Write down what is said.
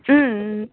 ம் ம்